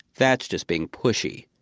that's just being pushy.